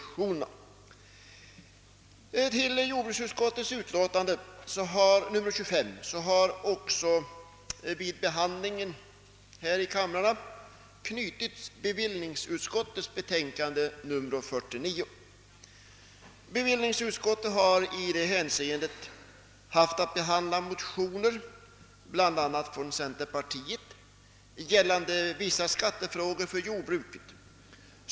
Till nyssnämnda utlåtande har vid behandlingen här i kammaren även knutits bevillningsutskottets betänkande nr 49. Bevillningsutskottet redovisar där behandlingen av motioner, bl.a. från centerpartiet, rörande vissa skattefrågor avseende jordbruket.